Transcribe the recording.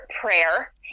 prayer